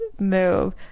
move